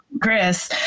Chris